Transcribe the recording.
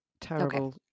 terrible